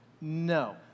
no